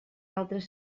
altres